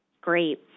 Great